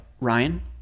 Ryan